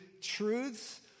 truths